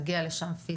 נגיע לשם פיסית.